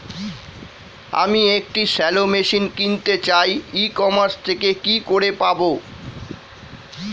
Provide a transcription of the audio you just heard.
আমি একটি shallow machine কিনতে চাই ই কমার্স থেকে কি করে পাবো?